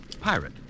pirate